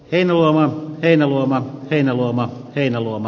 enolla heinäluoma heinäluoma heinäluoma